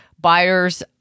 Buyers